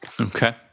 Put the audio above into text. Okay